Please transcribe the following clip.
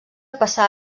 passà